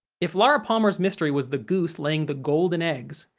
if laura palmer's mystery was the goose laying the golden eggs,